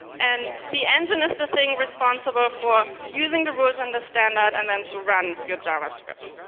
and the engine is the thing responsible for using the rules on the standard and then to run your javascript.